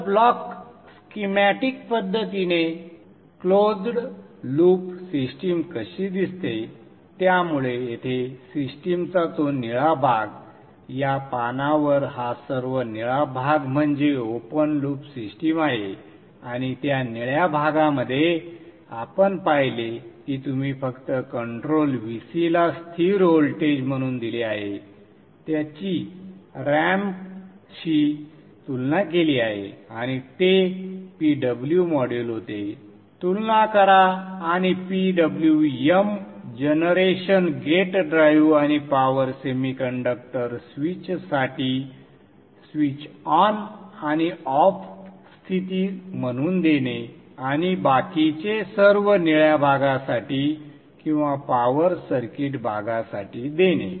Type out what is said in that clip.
तर block schematic पद्धतीने closed loop system कशी दिसते त्यामुळे येथे सिस्टीमचा तो निळा भाग या पानावर हा सर्व निळा भाग म्हणजे ओपन लूप सिस्टीम आहे आणि त्या निळ्या भागामध्ये आपण पाहिले की तुम्ही फक्त कंट्रोल Vc ला स्थिर व्होल्टेज म्हणून दिले आहे त्याची रॅम्पशी तुलना केली आहे आणि ते PW मॉड्यूल होते तुलना करा आणि PWM जनरेशन गेट ड्राइव्ह आणि पॉवर सेमीकंडक्टर स्विचसाठी स्विच ऑन आणि ऑफ स्थिती म्हणून देणे आणि बाकीचे सर्व निळ्या भागासाठी किंवा पॉवर सर्किट भागासाठी देणे